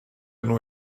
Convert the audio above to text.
nhw